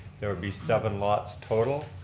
there would be seven lots total.